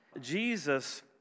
Jesus